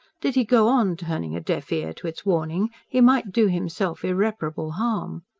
did he go on turning a deaf ear to its warnings, he might do himself irreparable harm.